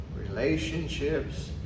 relationships